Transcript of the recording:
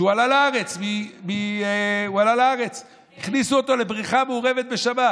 כשהוא עלה לארץ הכניסו אותו לבריכה מעורבת בשבת.